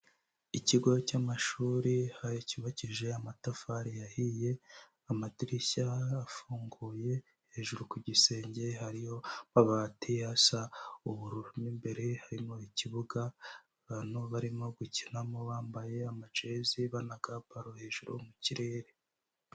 Ikigo cy'amashuri cyubakishije amatafari yahiye, amadirishya afunguye, hejuru ku gisenge hariho amabati asa ubururu, mo imbere harimo ikibuga abantu barimo gukinamo bambaye amajezi banaga baro hejuru mu kirere.